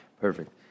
Perfect